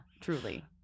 Truly